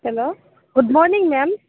hello good morning ma'am